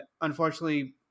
unfortunately